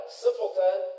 simpleton